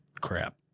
crap